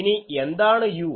ഇനി എന്താണ് u